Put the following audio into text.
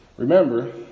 Remember